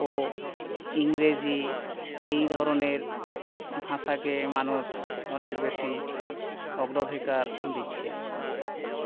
ও ইংরেজি এই ধরনের ভাষাকে মানুষ অনেক বেশি অগ্রাধিকার দিচ্ছে